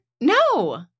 No